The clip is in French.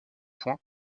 points